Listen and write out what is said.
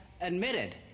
admitted